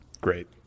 Great